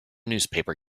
newspaper